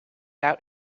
out